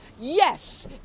yes